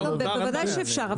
בוודאי שאפשר.